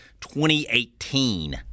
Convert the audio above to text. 2018